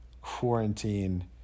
quarantine